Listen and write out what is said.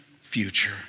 future